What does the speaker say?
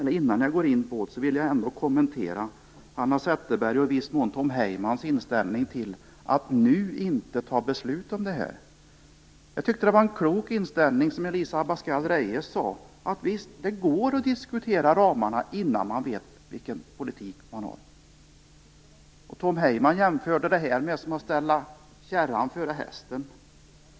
Men innan jag går in på dessa vill jag ändå kommentera Hanna Zetterbergs och i viss mån Tom Heymans inställning att vi nu inte skall fatta beslut om ramarna. Jag tycker att det var en klok inställning som Elisa Abascal Reyes framförde, att det visst går att diskutera ramarna innan man vet vilken politik man har att följa. Tom Heyman jämförde detta med att ställa kärran före hästen.